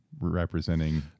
representing